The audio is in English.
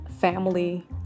family